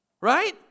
Right